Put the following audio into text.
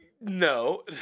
No